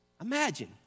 Imagine